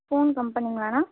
phone கம்பெனிங்களாண்ணா